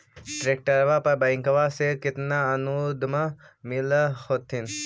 ट्रैक्टरबा पर बैंकबा से कितना अनुदन्मा मिल होत्थिन?